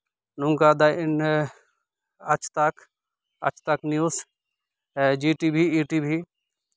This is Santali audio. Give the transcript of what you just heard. ᱱᱚᱝᱠᱟ ᱟᱡᱽᱛᱟᱠ ᱟᱡᱽᱛᱟᱠ ᱱᱤᱭᱩᱥ ᱡᱤ ᱴᱤᱵᱷᱤ ᱤ ᱴᱤᱵᱷᱤ